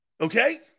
Okay